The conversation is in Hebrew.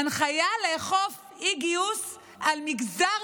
הנחיה לא לאכוף גיוס על מגזר